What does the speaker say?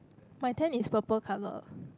my tent is purple colour